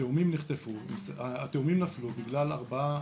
התאומים נפלו בגלל ארבעה